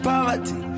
Poverty